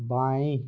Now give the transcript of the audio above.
बाएँ